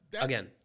again